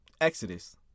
Exodus